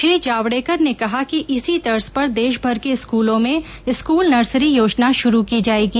श्री जावड़ेकर ने कहा कि इसी तर्ज पर देशभर के स्कूलों में स्कूल नर्सरी योजना शुरू की जायेगी